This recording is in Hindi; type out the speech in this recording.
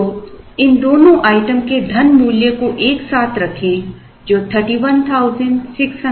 तो इन दोनों आइटम के धन मूल्य को एक साथ रखें जो 3161258 पर आता है